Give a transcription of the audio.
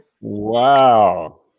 Wow